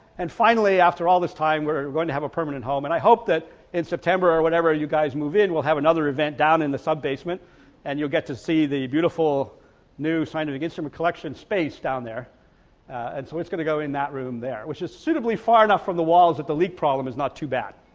and finally after all this time we're going to have a permanent home and i hope that in september or whatever you guys move in we'll have another event down in the sub-basement and you'll get to see the beautiful new scientific instrument collection space down there and so it's going to go in that room there, which is suitably far enough from the walls if the leak is not too bad.